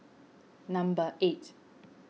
number eight